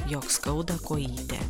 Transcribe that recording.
jog skauda kojytę